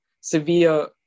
severe